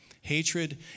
Hatred